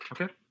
Okay